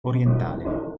orientale